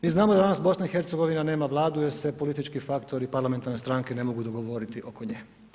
Mi znamo da danas BiH nema vladu jer se politički faktori, parlamentarne stranke ne mogu dogovoriti oko nje.